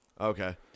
Okay